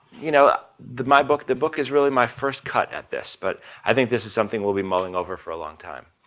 you know, ah my book the book is really my first cut at this, but i think this is something we'll be mulling over for a long time.